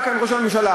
באים לכאן ראש הממשלה,